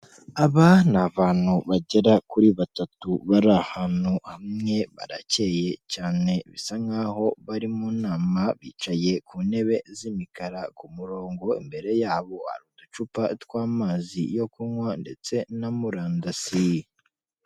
Aba ni abantu bagera kuri batatu bari ahantu hamwe, baracye cyane bisa nkaho bari mu nama, bicaye ku ntebe z'imikara ku murongo, imbere yabo uducupa tw'amazi yo kunywa ndetse na murandasi.